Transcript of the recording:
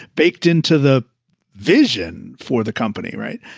baked into the vision for the company. right.